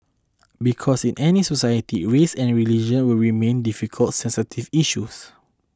because in any society race and religion will remain difficult sensitive issues